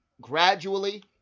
gradually